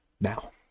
now